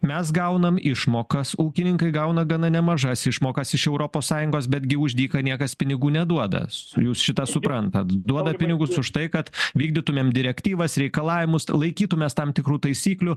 mes gaunam išmokas ūkininkai gauna gana nemažas išmokas iš europos sąjungos betgi už dyką niekas pinigų neduoda su jūs šitą suprantat duoda pinigus už tai kad vykdytumėm direktyvas reikalavimus laikytumės tam tikrų taisyklių